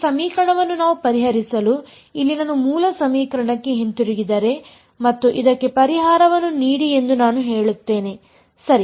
ಈ ಸಮೀಕರಣವನ್ನು ನಾವು ಪರಿಹರಿಸಲು ಇಲ್ಲಿ ನಾನು ಮೂಲ ಸಮೀಕರಣಕ್ಕೆ ಹಿಂತಿರುಗಿದರೆ ಮತ್ತು ಇದಕ್ಕೆ ಪರಿಹಾರವನ್ನು ನೀಡಿ ಎಂದು ನಾನು ಹೇಳುತ್ತೇನೆ ಸರಿ